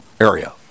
area